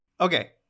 Okay